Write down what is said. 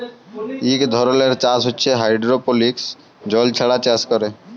ইক ধরলের চাষ হছে হাইডোরোপলিক্স জল ছাড়া চাষ ক্যরে